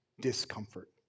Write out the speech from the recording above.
discomfort